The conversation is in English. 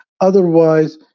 Otherwise